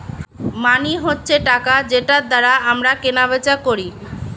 মানি হচ্ছে টাকা যেটার দ্বারা আমরা কেনা বেচা করি